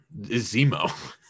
Zemo